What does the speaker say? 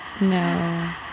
no